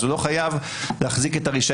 אז הוא לא חייב להחזיק את הרישיון.